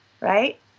right